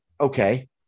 okay